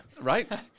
Right